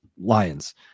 Lions